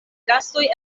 gastoj